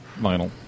vinyl